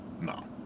No